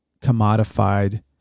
commodified